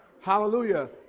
Hallelujah